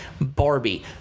barbie